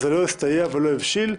זה לא הסתייע ולא הבשיל,